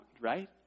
right